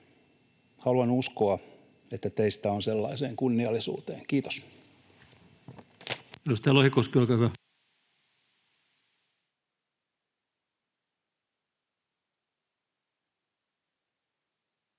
Haluan uskoa, että teistä on sellaiseen kunniallisuuteen. — Kiitos.